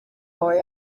boy